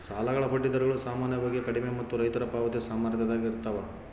ಸಾಲಗಳ ಬಡ್ಡಿ ದರಗಳು ಸಾಮಾನ್ಯವಾಗಿ ಕಡಿಮೆ ಮತ್ತು ರೈತರ ಪಾವತಿ ಸಾಮರ್ಥ್ಯದಾಗ ಇರ್ತವ